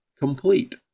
complete